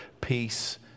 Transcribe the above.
peace